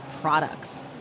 products